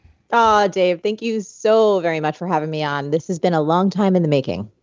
ah, dave. thank you so very much for having me on. this has been a long time in the making,